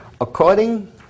according